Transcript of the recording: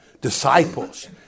disciples